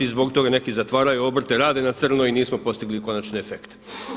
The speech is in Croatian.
I zbog toga neki zatvaraju obrte, rade na crno i nismo postigli konačne efekte.